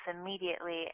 immediately